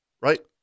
Right